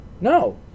No